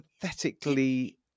pathetically